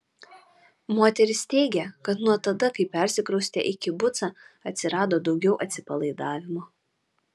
moteris teigė kad nuo tada kai persikraustė į kibucą atsirado daugiau atsipalaidavimo